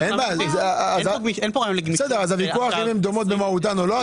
הוויכוח כאן הוא אם הן דומות במהותן או לא,